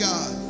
God